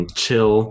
chill